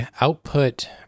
output